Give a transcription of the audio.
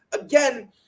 again